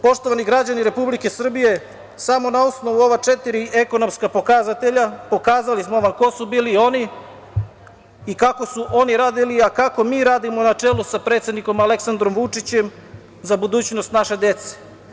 Poštovani građani Republike Srbije, samo na osnovu ova četiri ekonomska pokazatelja pokazali smo vam ko su bili oni i kako su oni radili, a kako mi radimo na čelu sa predsednikom Aleksandrom Vučićem za budućnost naše dece.